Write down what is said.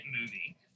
movie